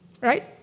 Right